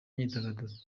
myidagaduro